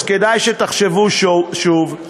אז כדאי שתחשבו שוב,